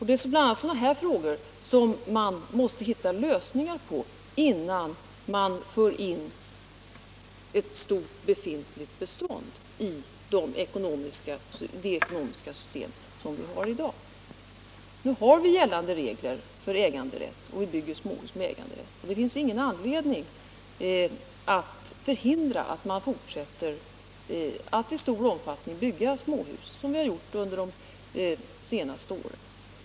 Det är bl.a. sådana problem som man måste hitta lösningar på innan man för in ett stort befintligt bestånd i det ekonomiska system som vi har i dag. Nu har vi gällande regler för äganderätt och vi bygger småhus med äganderätt. Det finns ingen anledning att förhindra att man fortsätter att bygga småhus i lika stor omfattning som vi har gjort under de senäste åren.